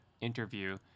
interview